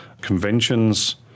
Conventions